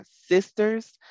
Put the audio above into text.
sisters